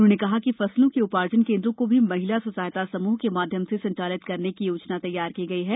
उन्होंने कहा कि फसलों के उपार्जन केंद्रों को भी महिला स्व सहायता समूह के माध्यम से संचालित करने की योजना तैयार की गई है